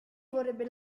vorrebbe